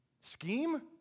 Scheme